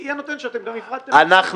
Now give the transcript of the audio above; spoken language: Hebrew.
היא הנותנת שאתם גם הפרעתם --- אנחנו